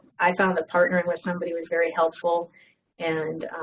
i found the partnering when somebody was very helpful and